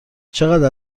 چقدر